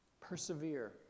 Persevere